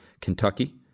Kentucky